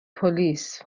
پلیس